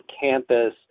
campus